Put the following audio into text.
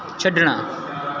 ਛੱਡਣਾ